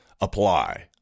apply